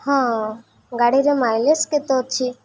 ହଁ ଗାଡ଼ିରେ ମାଇଲେଜ୍ କେତେ ଅଛି